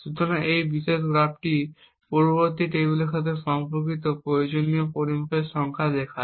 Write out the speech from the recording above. সুতরাং এই বিশেষ গ্রাফটি পূর্ববর্তী টেবিলের সাথে সম্পর্কিত প্রয়োজনীয় পরিমাপের সংখ্যা দেখায়